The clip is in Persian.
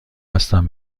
هستم